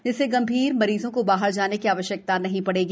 जिससे गंभीर मरीजों को बाहर जाने की आवश्यकता नहीं ड़ेगी